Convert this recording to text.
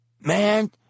Man